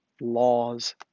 laws